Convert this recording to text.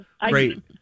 great